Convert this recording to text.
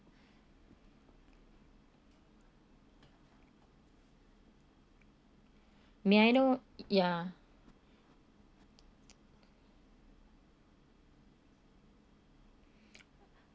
may I know ya